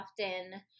often